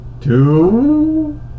Two